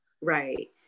Right